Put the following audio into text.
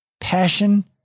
Passion